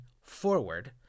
forward